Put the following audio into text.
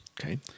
Okay